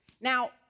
Now